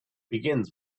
begins